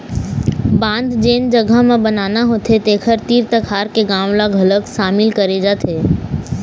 बांध जेन जघा म बनाना होथे तेखर तीर तखार के गाँव ल घलोक सामिल करे जाथे